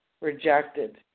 rejected